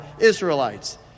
Israelites